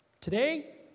Today